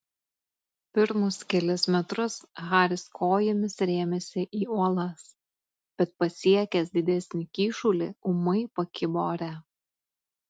pirmus kelis metrus haris kojomis rėmėsi į uolas bet pasiekęs didesnį kyšulį ūmai pakibo ore